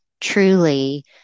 truly